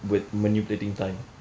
with manipulating time